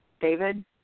David